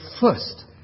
first